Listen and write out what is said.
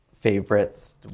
favorites